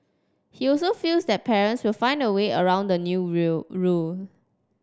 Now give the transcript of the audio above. he also feels that parents will find a way around the new reel rule